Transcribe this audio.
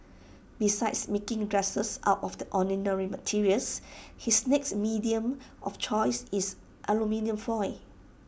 besides making dresses out of the ordinary materials his next medium of choice is aluminium foil